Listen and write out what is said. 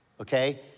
okay